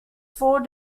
four